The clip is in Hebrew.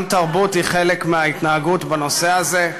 גם תרבות היא חלק מההתנהגות בנושא הזה.